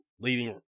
leading